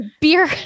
beer